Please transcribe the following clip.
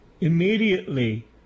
Immediately